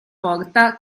porta